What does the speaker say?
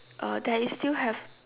uh there is still have